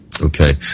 Okay